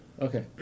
Okay